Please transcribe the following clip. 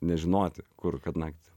nežinoti kur kad naktį